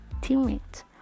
teammates